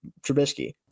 Trubisky